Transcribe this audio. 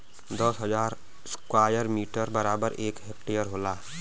दस हजार square metre बराबर एक हेक्टेयर होला